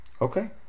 Okay